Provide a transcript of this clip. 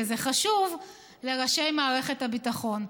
וזה חשוב, לראשי מערכת הביטחון,